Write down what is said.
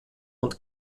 und